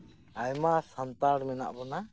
ᱟᱭᱢᱟ ᱥᱟᱱᱛᱟᱲ ᱢᱮᱱᱟᱜ ᱵᱚᱱᱟ